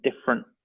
different